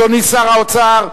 אדוני שר האוצר,